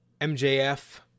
MJF